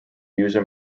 user